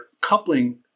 coupling